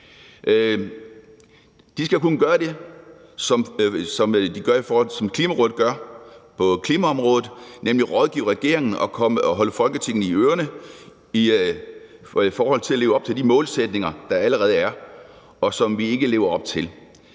De skal kunne gøre det, som Klimarådet gør på klimaområdet, nemlig rådgive regeringen og holde Folketinget i ørerne i forhold til at leve op til de målsætninger, der allerede er, og som vi ikke lever op til.